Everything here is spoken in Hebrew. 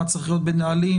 מה צריך להיות בנהלים,